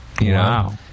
Wow